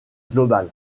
global